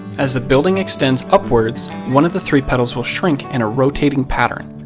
as the building extends upwards, one of the three petals will shrink in a rotating pattern.